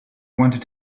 wanted